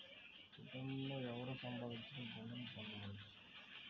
కుటుంబంలో ఎవరు సంపాదించినా ఋణం పొందవచ్చా?